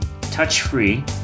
touch-free